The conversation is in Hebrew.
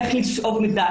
איך לשאוב מידע,